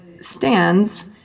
stands